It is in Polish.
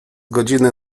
godziny